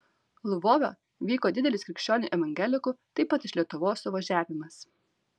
lvove vyko didelis krikščionių evangelikų taip pat iš lietuvos suvažiavimas